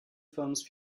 films